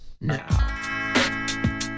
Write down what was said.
now